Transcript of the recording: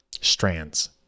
strands